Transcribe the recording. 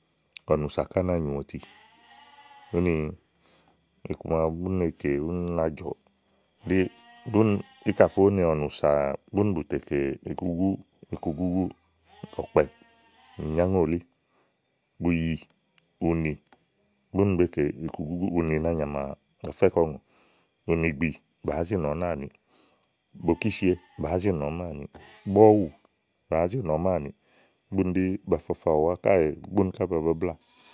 ɔ̀nùsà ká na nyù ɔti úni iku ma bú ne kè úna jɔ̀ ɖí, íkàfé nì ɔ̀nùsà búnì bù tè ìku gúgúù ɔ̀kpɛ, ìnyòŋòlí, ùyì, ùni búni be kè ikugúgú. ùni nà nyàmà ɔfɛ kɔ ùŋò, ùnì gbì bàá zi nɔ̀ɔ náàniì. Bókísie bàá zi nɔ̀ɔ máà niì. bɔ̀wù bàá zi nɔ̀ɔ máàniì. Búni ɖí afafa ùwá káèè bùni ká ba babláà, ɔ̀nùsà ka na nyù ɔti.